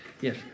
Yes